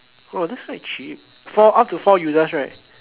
oh that's quite cheap four up to four users right